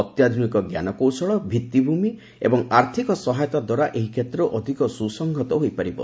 ଅତ୍ୟାଧୁନିକ ଜ୍ଞାନକୌଶଳ ଭିତ୍ତିଭୂମି ଏବଂ ଆର୍ଥିକ ସହାୟତା ଦ୍ୱାରା ଏହି କ୍ଷେତ୍ର ଅଧିକ ସୁସଂଗତ ହୋଇପାରିବ